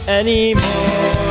anymore